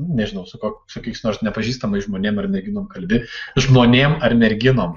nežinau su ko kokiais nors nepažįstamais žmonėm ar merginom kalbi žmonėm ar merginom